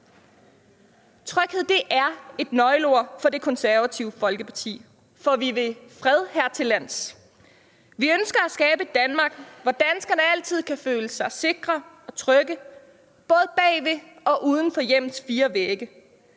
Tryghed er et nøgleord for Det Konservative Folkeparti, for vi vil fred her til lands. Vi ønsker at skabe et Danmark, hvor danskerne altid kan føle sig sikre og trygge, både bagved og uden for hjemmets fire vægge.